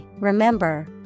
remember